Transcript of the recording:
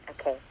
Okay